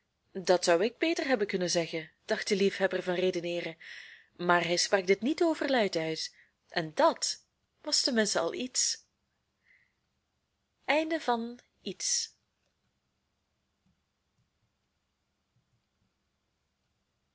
dat zou ik beter hebben kunnen zeggen dacht de liefhebber van redeneeren maar hij sprak dit niet overluid uit en dat was ten minste al iets